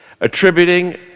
attributing